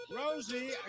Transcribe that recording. Rosie